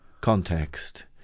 context